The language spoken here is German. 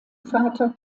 vater